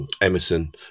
Emerson